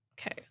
Okay